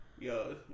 Yo